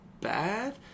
bad